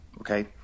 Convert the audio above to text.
Okay